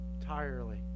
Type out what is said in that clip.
entirely